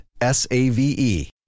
S-A-V-E